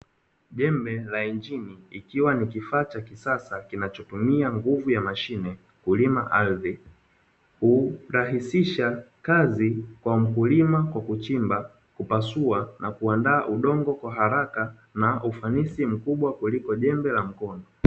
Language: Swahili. Jembe la injini ikiwa ni kifaa cha kisasa kinachotumia nguvu ya mashine kulima ardhi, urahisisha kazi kwa mkulima kwa kuchimba, kupasua na kuandaa udongo kwa haraka na ufanisi mkubwa kuliko jembe la mkono.